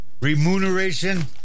Remuneration